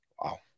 Wow